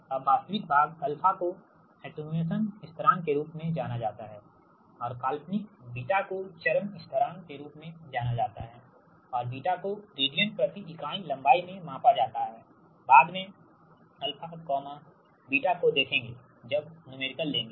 अब वास्तविक भाग α को अत्तेनुअशन स्थिरांक के रूप में जाना जाता है और काल्पनिक β को चरण स्थिरांक के रूप में जाना जाता है और β को रेडियन प्रति इकाई लंबाई में मापा जाता हैबाद में αβ को देखेंगे जब नुमेरिकललेंगे